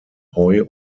heu